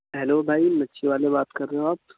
hello بھائی مچلھی والے بات کر رہے ہو آپ